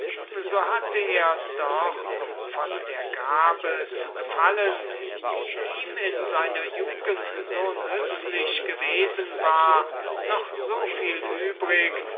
so war ihm doch von der gabe zu gefallen die ihm in seiner jugend so nützlich gewesen war noch genug übrig